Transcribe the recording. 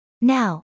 Now